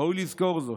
ראוי לזכור זאת.